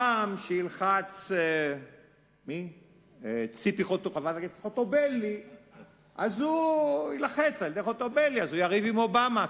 כשתלחץ ציפי חוטובלי הוא יילחץ על-ידי חוטובלי ואז הוא יריב עם אובמה,